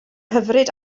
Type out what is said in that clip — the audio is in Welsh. hyfryd